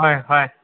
ꯍꯣꯏ ꯍꯣꯏ